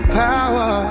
power